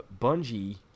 Bungie